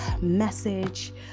message